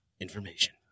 information